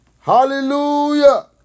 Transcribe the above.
Hallelujah